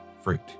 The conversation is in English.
fruit